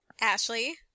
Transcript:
Ashley